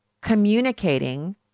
communicating